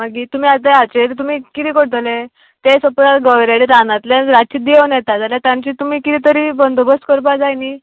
मागीर तुमी आतां हाजेर तुमी कितें करतले ते सपोज गवेरेड रानांतल्यान रातचे देवन येता जाल्यार तांचे तुमी किदें तरी बंदोबस्त करपा जाय न्ही